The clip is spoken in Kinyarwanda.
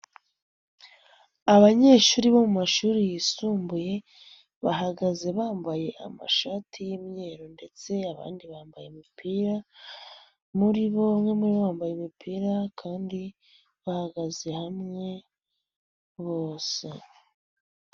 Abanyeshuri bo mu mashuri yisumbuye bahagaze bambaye amashati y'imyeru ndetse abandi bambaye imupira, muri bo bamwe muri bo bambaye imupira kandi bahagaze hamwe bose.